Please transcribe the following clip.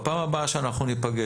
בפעם הבאה שאנחנו ניפגש,